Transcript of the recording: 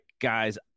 guys